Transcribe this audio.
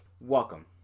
Welcome